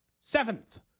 seventh